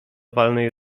walnej